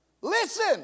listen